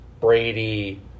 Brady